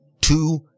two